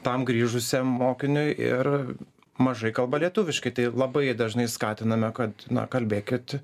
tam grįžusiam mokiniui ir mažai kalba lietuviškai tai labai dažnai skatiname kad na kalbėkit